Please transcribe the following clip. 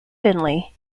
finley